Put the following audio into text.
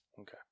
Okay